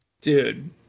dude